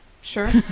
sure